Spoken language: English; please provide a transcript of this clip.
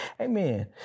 Amen